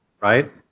Right